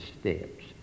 steps